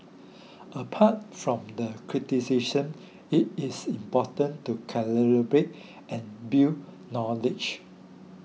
apart from the criticism it is important to collaborate and build knowledge